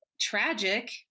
tragic